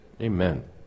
Amen